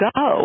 go